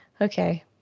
okay